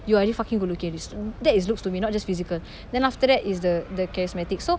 you're already fucking good looking already that is looks to me not just physical then after that is the the charismatic so